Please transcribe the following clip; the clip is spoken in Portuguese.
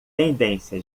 tendência